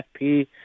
FP